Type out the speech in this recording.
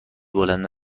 بلند